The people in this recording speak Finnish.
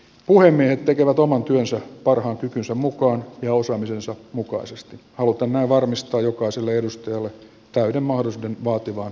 puhemiehet tekevät oman työnsä parhaan kykynsä mukaan ja osaamisensa mukaisesti haluten näin varmistaa jokaiselle edustajalle täyden mahdollisuuden vaativaan valtiopäivätyöhön